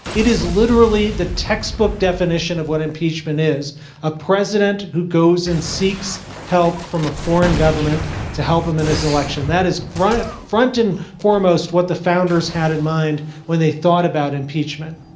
it is literally the textbook definition of what impeachment is a president who goes and seeks help from a foreign government to help him in his election. that is right up front and foremost what the founders had in mind when they thought about impeachment.